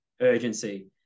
urgency